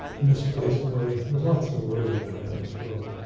misplaced worry. there's lots to worry about in this world,